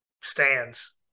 stands